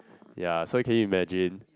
ya so can you imagine